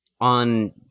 on